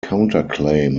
counterclaim